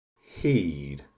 Heed